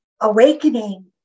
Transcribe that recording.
awakening